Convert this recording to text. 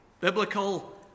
biblical